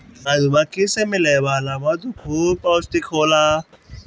मधुमक्खी से मिले वाला मधु खूबे पौष्टिक होला